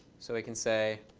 so we can say,